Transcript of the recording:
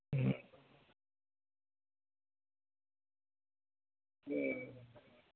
હં હં